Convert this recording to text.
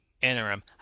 Interim